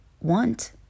want